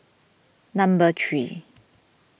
number three